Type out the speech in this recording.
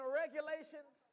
regulations